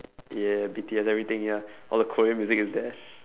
yeah B_T_S everything ya all the korean music is there